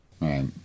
right